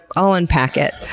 i'll unpack it.